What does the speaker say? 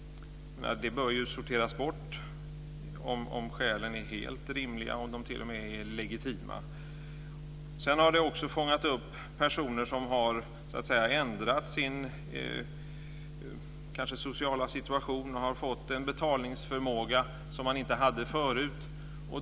Dessa bör sorteras bort, om skälen är helt rimliga eller t.o.m. legitima. För det andra har det fångat upp personer som har ändrat sin sociala situation och fått en betalningsförmåga som man inte hade förut.